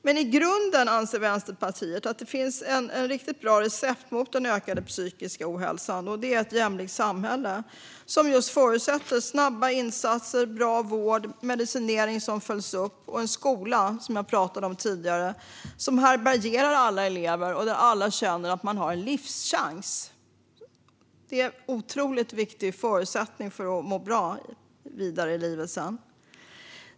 Vänsterpartiet anser att det i grunden bara finns ett riktigt bra recept mot den ökande psykiska ohälsan, och det är ett jämlikt samhälle med snabba insatser, bra vård och medicinering som följs upp. En skola som härbärgerar alla elever och där alla känner att de har en livschans är också en otroligt viktig förutsättning för att må bra vidare i livet.